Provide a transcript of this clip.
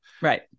right